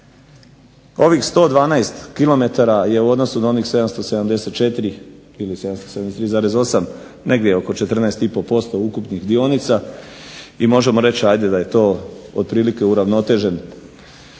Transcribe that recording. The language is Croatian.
Ovih 112 km je u odnosu na onih 774 ili 773,8 negdje oko 14,5% ukupnih dionica i možemo reći da je to otprilike uravnotežen,